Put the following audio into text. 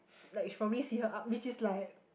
like she probably see her up which is like